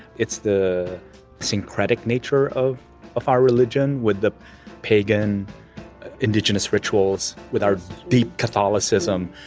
it's the syncretic nature of of our religion with the pagan indigenous rituals with our deep catholicism.